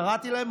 קראתי להם,